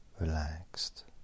relaxed